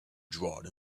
drawn